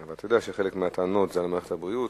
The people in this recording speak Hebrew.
אתה יודע שחלק מהטענות זה על מערכת הבריאות,